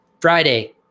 friday